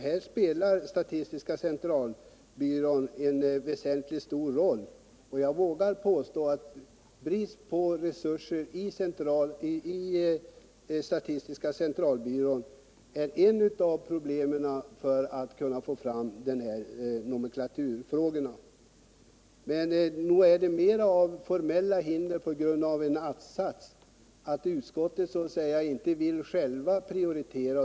Här spelar statistiska centralbyrån en väsentlig roll, och jag vågar påstå att brist på resurser i statistiska centralbyrån är ett av hindren när det gäller att få fram en lösning av nomenklaturfrågorna. Men nog är det mer än formella hinder på grund av en att-sats att inte utskottet självt vill prioritera.